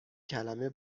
کلمه